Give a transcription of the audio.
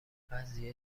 قضیه